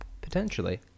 Potentially